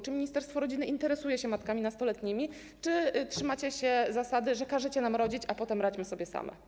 Czy ministerstwo rodziny interesuje się nastoletnimi matkami, czy trzymacie się zasady, że każecie nam rodzić, a potem radźmy sobie same.